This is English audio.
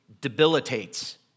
debilitates